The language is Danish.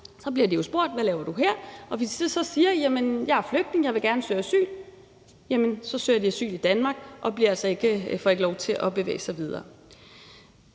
bliver de spurgt, hvad de laver her. Hvis de så siger, at de er flygtninge og gerne vil søge asyl, jamen så søger de asyl i Danmark og får altså ikke lov til at bevæge sig videre.